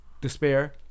despair